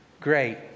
Great